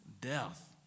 death